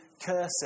cursing